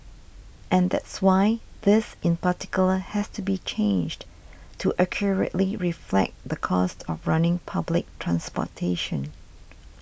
and that's why this in particular has to be changed to accurately reflect the cost of running public transportation